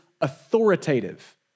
authoritative